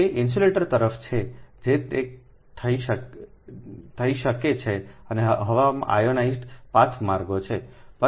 તેથી તે ઇન્સ્યુલેટર તરફ છે જે તે થઈ શકે છે અને હવામાં આયનાઇઝ્ડ પાથ માર્ગો છે